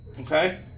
Okay